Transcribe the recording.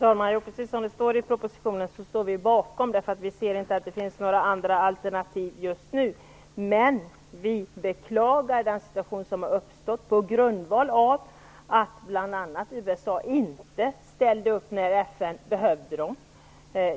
Fru talman! Vi står bakom precis det som står i propositionen, eftersom det inte finns några andra alternativ just nu. Men vi beklagar den situation som har uppstått på grundval av att bl.a. USA inte ställde upp när FN behövde hjälp.